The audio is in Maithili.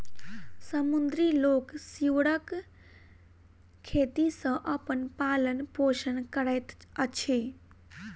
समुद्री लोक सीवरक खेती सॅ अपन पालन पोषण करैत अछि